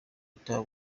peter